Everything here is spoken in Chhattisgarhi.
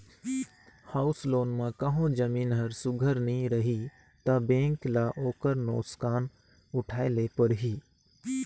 हाउस लोन म कहों जमीन हर सुग्घर नी रही ता बेंक ल ओकर नोसकान उठाए ले परही